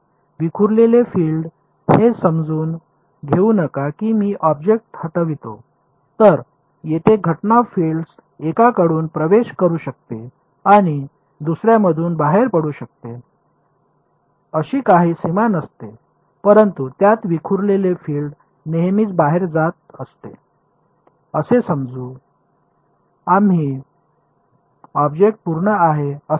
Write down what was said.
विखुरलेले फील्ड हे समजून घेऊ नका की मी ऑब्जेक्ट हटवितो तर तेथे घटना फील्ड एकाकडून प्रवेश करू शकते आणि दुसर्यामधून बाहेर पडू शकते अशी काही सीमा नसते परंतु त्यात विखुरलेले फील्ड नेहमीच बाहेर जात असते असे समजू आम्ही ऑब्जेक्ट पूर्ण आहे असे समजू